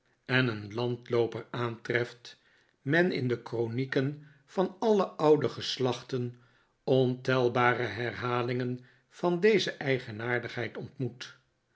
en een landlooper aantreft men in de kronieken van alle oude geslachten ontelbare herhalingen van deze eigenaardigheid ontmoet